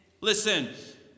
Listen